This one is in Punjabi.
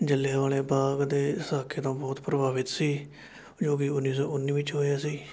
ਜਲ੍ਹਿਆਵਾਲ਼ੇ ਬਾਗ ਦੇ ਸਾਕੇ ਤੋਂ ਬਹੁਤ ਪ੍ਰਭਾਵਿਤ ਸੀ ਜੋ ਕਿ ਉੱਨੀ ਸੌ ਉੱਨੀ ਵਿੱਚ ਹੋਇਆ ਸੀ